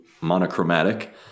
monochromatic